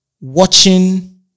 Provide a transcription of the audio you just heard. watching